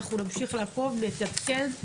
אנחנו נמשיך לעקוב ונעדכן.